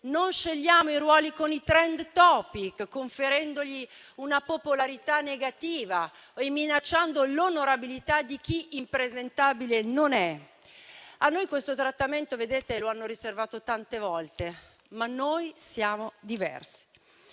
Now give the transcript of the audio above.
non scegliamo i ruoli con i *trending topic*, conferendogli una popolarità negativa e minacciando l'onorabilità di chi impresentabile non è. A noi questo trattamento lo hanno riservato tante volte, ma noi siamo diversi.